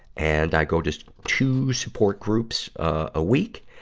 and i go to two support groups, ah, a week.